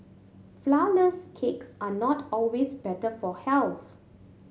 flourless cakes are not always better for health